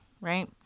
right